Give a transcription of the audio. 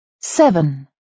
seven